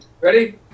Ready